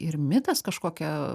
ir mitas kažkokia